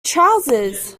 trousers